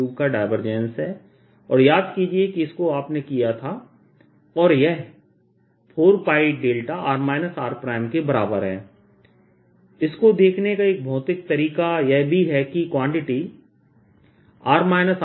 3 का डायवर्जेंस है और याद कीजिए कि इसको आपने किया था और यह 4πδr rके बराबर है इसको देखने का एक भौतिक तरीका यह भी है कि क्वांटिटी r r